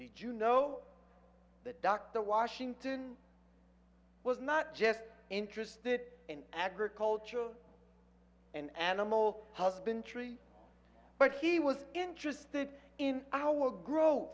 you know that dr washington was not just interested in agriculture and animal husbandry but he was interested in our grow